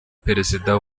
perezida